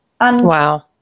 Wow